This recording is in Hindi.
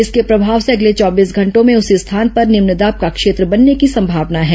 इसके प्रभाव से अगले चौबीस घंटों में उसी स्थान पर निम्न दाब का क्षेत्र बनने की संभावना है